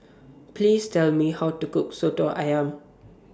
Please Tell Me How to Cook Soto Ayam